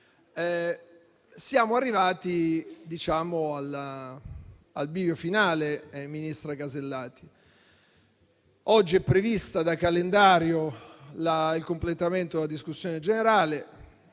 siamo arrivati al bivio finale, ministra Casellati. Oggi è previsto da calendario il completamento della discussione generale